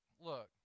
look